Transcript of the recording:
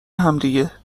همدیگه